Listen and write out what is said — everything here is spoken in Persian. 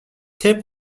طبق